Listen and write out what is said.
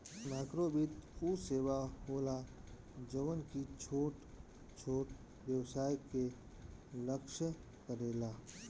माइक्रोवित्त उ सेवा होला जवन की छोट छोट व्यवसाय के लक्ष्य करेला